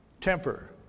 temper